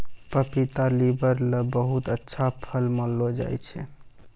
पपीता क लीवर ल बहुत अच्छा फल मानलो जाय छै